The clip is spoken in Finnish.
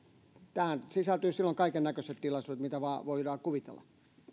tähän sisältyisivät silloin kaikennäköiset tilaisuudet mitä vain voidaan kuvitella